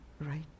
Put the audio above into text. right